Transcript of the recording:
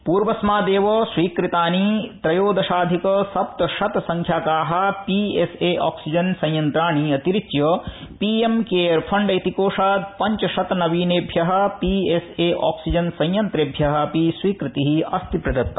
पूर्वस्मादेव स्वीकृतानि त्रयोदशाधिक सप्तशत संख्याकापीएसए ऑक्सीजन संयंत्राणि अतिरिच्य पीएम केयर फंड इति कोशात् पंचशत नवीनेभ्य पीएसए ऑक्सीजन संयत्रेभ्य अपि स्वीकृति अस्ति प्रदता